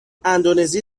اندونزی